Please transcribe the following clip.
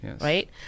right